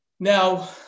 Now